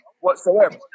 whatsoever